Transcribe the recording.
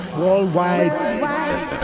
worldwide